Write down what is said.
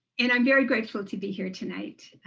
and i'm very grateful to be here tonight.